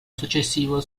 successivo